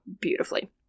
beautifully